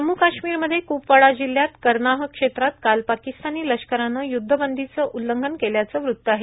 जम्मू काश्मीरमध्ये कुपवाडा जिल्ह्यात कर्नाह क्षेत्रात काल पाकिस्तानी लष्करानं युद्धबंदीचं उल्लंघन केल्याचं वृत्त आहे